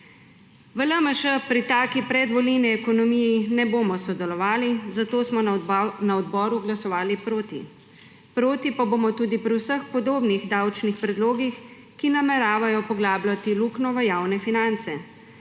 V LMŠ pri taki predvolilni ekonomiji ne bomo sodelovali, zato smo na odboru glasovali proti. Proti pa bomo tudi pri vseh podobnih davčnih predlogih, ki nameravajo poglabljati luknjo v javne finance,